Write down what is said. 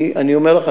אני אומר לך,